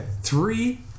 Three